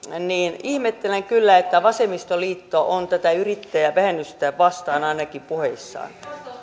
niin ihmettelen kyllä että vasemmistoliitto on tätä yrittäjävähennystä vastaan ainakin puheissaan